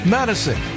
Madison